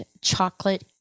chocolate